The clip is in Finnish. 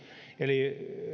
eli